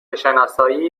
شناسایی